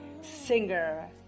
singer